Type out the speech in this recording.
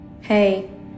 Hey